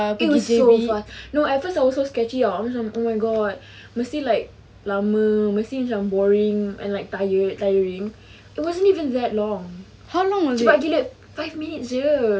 it was so fast no at first I was so sketchy [tau] aku macam oh my god mesti like lama mesti like boring and like tired tiring it wasn't even that long cepat gila five minutes jer